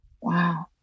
Wow